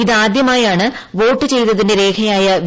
ഇതാദ്യമയാണ് vote ചെയ്തതിന്റെ രേഖയായ V